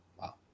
Wow